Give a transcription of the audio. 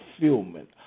fulfillment